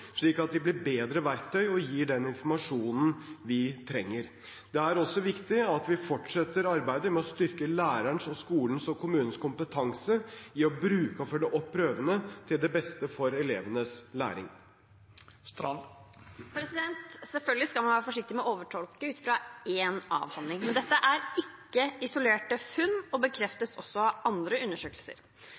slik at de blir bedre verktøy og gir den informasjonen vi trenger. Det er også viktig at vi fortsetter arbeidet med å styrke lærerens, skolens og kommunens kompetanse i å bruke og følge opp prøvene til det beste for elevenes læring. Selvfølgelig skal man være forsiktig med å overtolke ut fra én avhandling. Dette er ikke isolerte funn, og bekreftes også av andre undersøkelser.